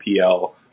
PL